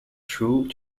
through